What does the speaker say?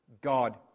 God